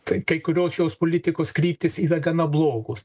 kad kai kurios šios politikos kryptys yra gana blogos